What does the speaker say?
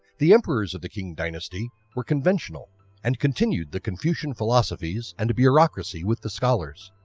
the emperors of the qing dynasty were conventional and continued the confucian philosophies and bureaucracy with the scholars.